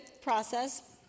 process